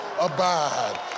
abide